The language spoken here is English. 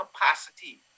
capacity